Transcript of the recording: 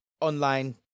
online